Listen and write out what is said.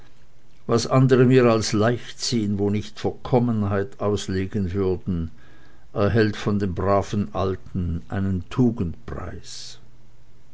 was andere mir als leichtsinn wo nicht verkommenheit auslegen würden erhält von dem braven alten einen